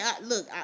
Look